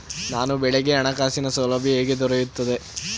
ಬಾಳೆ ಬೆಳೆಗೆ ಹಣಕಾಸಿನ ಸೌಲಭ್ಯ ಹೇಗೆ ದೊರೆಯುತ್ತದೆ?